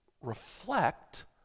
reflect